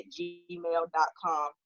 gmail.com